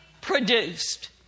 produced